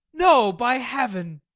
no, by heaven.